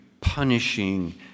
punishing